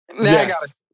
Yes